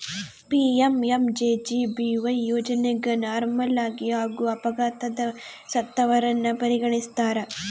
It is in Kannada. ಪಿ.ಎಂ.ಎಂ.ಜೆ.ಜೆ.ಬಿ.ವೈ ಯೋಜನೆಗ ನಾರ್ಮಲಾಗಿ ಹಾಗೂ ಅಪಘಾತದಗ ಸತ್ತವರನ್ನ ಪರಿಗಣಿಸ್ತಾರ